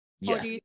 Yes